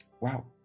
Wow